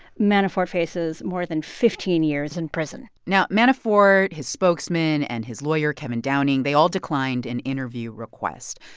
manafort faces more than fifteen years in prison now, manafort, his spokesman and his lawyer kevin downing they all declined an interview request.